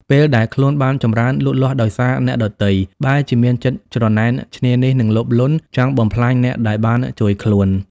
ពេលដែលខ្លួនបានចម្រើនលូតលាស់ដោយសារអ្នកដទៃ បែរជាមានចិត្តច្រណែនឈ្នានីស និងលោភលន់ ចង់បំផ្លាញអ្នកដែលបានជួយខ្លួន។